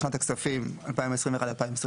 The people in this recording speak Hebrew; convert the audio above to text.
לשנת הכספים 2022-2021,